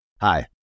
Hi